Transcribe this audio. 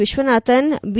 Viswanathan B